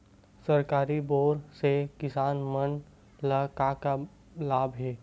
सरकारी बोर से किसान मन ला का लाभ हे?